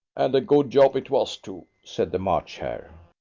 and a good job it was too, said the march hare.